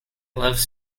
loves